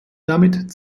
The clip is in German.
damit